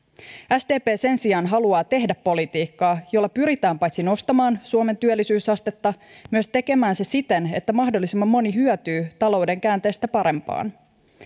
sdp sen sijaan haluaa tehdä politiikkaa jolla pyritään paitsi nostamaan suomen työllisyysastetta myös tekemään se siten että mahdollisimman moni hyötyy talouden käänteestä parempaan